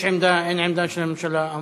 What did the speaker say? יש עמדה, אין עמדה של הממשלה?